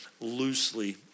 loosely